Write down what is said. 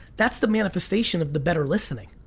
that's the manifestation of the better listening.